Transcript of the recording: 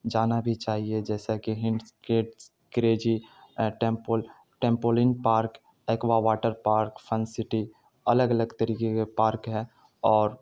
جانا بھی چاہیے جیسا کہ ہنسڈس کڈس کریزی ٹیمپول trampoline park aqua water park fun city الگ الگ طریقے کے پارک ہیں اور